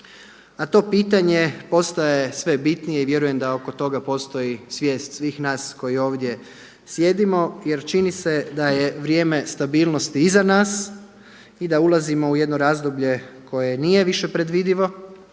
a to pitanje postaje sve bitnije i vjerujem da oko toga postoji svijest svih nas koji ovdje sjedimo jer čini se da je vrijeme stabilnosti iza nas i da ulazimo u jedno razdoblje koje nije više predvidivo,